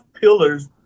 pillars